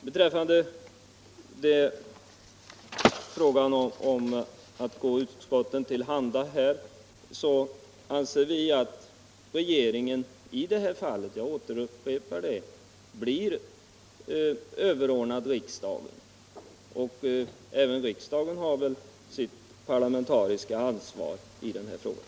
Beträffande frågan om att gå utskotten till handa anser vi att regeringen i det här fallet — jag upprepar det — blir överordnad riksdagen. Även riksdagen har väl sitt parlamentariska ansvar i den här frågan.